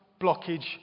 blockage